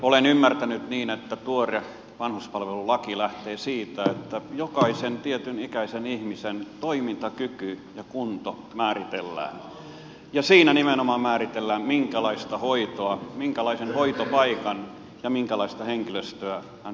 olen ymmärtänyt niin että tuore vanhuspalvelulaki lähtee siitä että jokaisen tietynikäisen ihmisen toimintakyky ja kunto määritellään ja nimenomaan määritellään minkälaista hoitoa minkälaisen hoitopaikan ja minkälaista henkilöstöä hän tulee tarvitsemaan